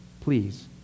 Please